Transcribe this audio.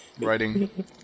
writing